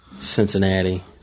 Cincinnati